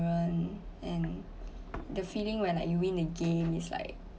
and the feeling when like you win the game is like